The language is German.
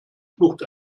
flucht